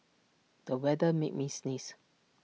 the weather made me sneeze